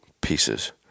pieces